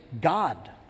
God